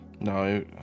No